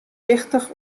wichtich